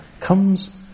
Comes